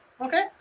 Okay